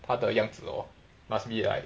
他的样子 orh must be like